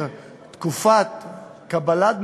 בבקשה, גברתי.